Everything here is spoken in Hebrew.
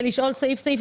לשאול על סעיף-סעיף,